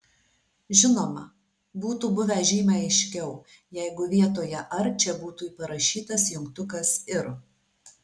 žinoma būtų buvę žymiai aiškiau jeigu vietoje ar čia būtų parašytas jungtukas ir